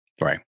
Right